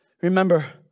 Remember